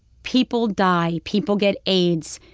people die. people get aids.